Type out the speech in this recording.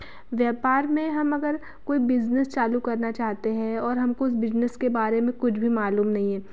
व्यापार में हम अगर कोई बिजनेस चालू करना चाहते हैं और हमको उस बिजनेस के बारे में कुछ भी मालूम नहीं है